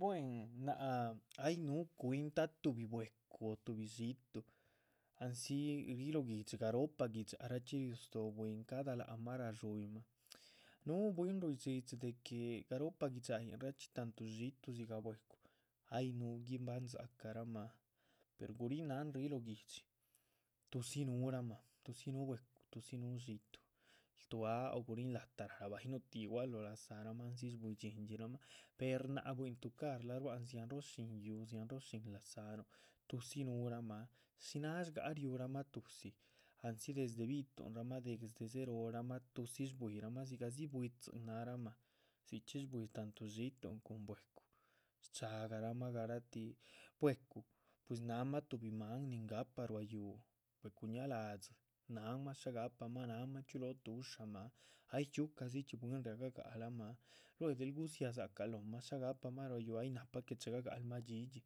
Buhen náac ay núhu cuhiin ta´tuhbi bwecu o tuhbi xiitu andzi ríh lóh guihdxi garropah gui´dxa rachxi riu stóo bwín cada lác mah radxuyihma núhu bwín ruidhxidxi de que. garohpa gui´dxayihn chxi tantu xiitu dzigah bwecu ay núhu guibahan dza´cahramah per gurihin náhan ríh lóh guihdxitudzi núhurahma, tudzi núhu bwecu tudzi núhu xiitu. Ltuá o gurihn la´tah narabah ay nuhu tíh gua´c lóho laza´rahma andzi shbuidxhindxinrahmah per náac buinlah tucar bua´cn dziahnro shín yúhu, dziahnro shín laza´nuh. tudzi núhuramah, shiná shgaha riurahma tudzi andzi desde bi´tuh rahma desde dze´rohramah tudzi shbuirahma dzigahdzi buidzin náhramah, dzichxí shbui tantu xiitun cun. bwecu shca garahma garatih, bwecu pues náhma tuhbi máan nin gahpa ruá yúhu, bwecu ña'ladzi náhnma shá ga´pama, náhnma chxiu lóho tuxaa’ma ay chxíucadzidxi bwín. riagah gáhc lamah, lue, del guziac dzácaluh lóhma shá gahpama ruá yúhu ay nahpa que che´ga galmah dhxídhxi